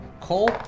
Cole